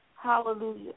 Hallelujah